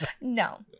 No